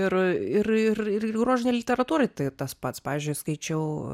ir ir ir ir ir grožinei literatūrai tai tas pats pavyzdžiui skaičiau